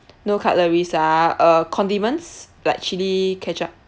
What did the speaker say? no cutleries ah uh condiments like chili ketchup